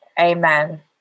Amen